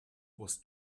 was